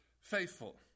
faithful